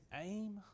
aim